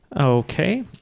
Okay